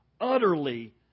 utterly